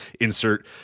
insert